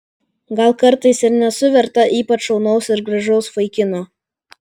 gal kartais ir nesu verta ypač šaunaus ir gražaus vaikino